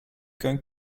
going